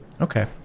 Okay